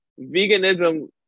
veganism